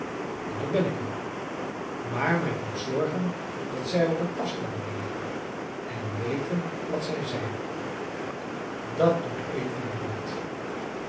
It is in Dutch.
en dat ben ik ook maar men moet zorgen dat zij op een afstand blijven en weten wat zij zijn dat doet eva nooit